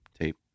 tape